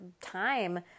time